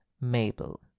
Mabel